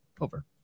Over